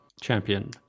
champion